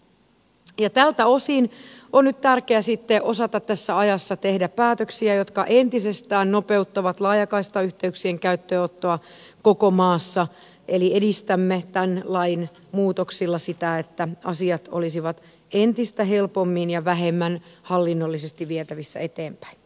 tältä osin on nyt tärkeää sitten osata tässä ajassa tehdä päätöksiä jotka entisestään nopeuttavat laajakaistayhteyksien käyttöönottoa koko maassa eli edistämme tämän lain muutoksilla sitä että asiat olisivat entistä helpommin ja vähemmän hallinnollisesti vietävissä eteenpäin